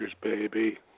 baby